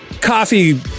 coffee